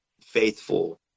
faithful